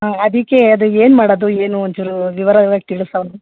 ಹಾಂ ಅದಕ್ಕೆ ಅದು ಏನು ಮಾಡೋದು ಏನು ಒಂದ್ಚೂರು ವಿವರವಾಗಿ ತಿಳಿಸಮ್ಮ